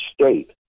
state